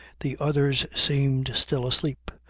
the others seemed still asleep,